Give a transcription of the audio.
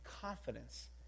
confidence